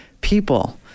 people